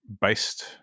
based